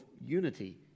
unity